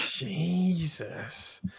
Jesus